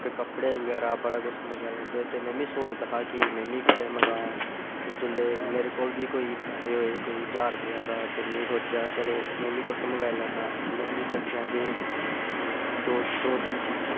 ते कपड़े बगैरा बड़ा किश मंगाई लैंदे में बी सोचदा हा कि मे बी कुतै मंगोआमां ते जिसलै मेरे कोल बी कोई पैसे होऐ कोई ज्हार रपेआ सारा ते में सोचेआ चलो मे बी किश मंगोआई लैन्ना में बी किट्ठे गै दो तिन्न चीजां